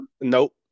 Nope